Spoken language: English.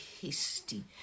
hasty